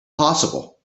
possible